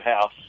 house